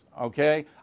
okay